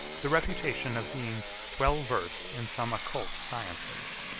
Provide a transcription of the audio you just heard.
the reputation of being well versed in some occult sciences,